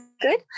good